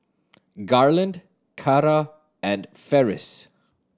Garland Carra and Ferris